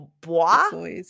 Bois